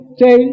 say